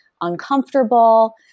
uncomfortable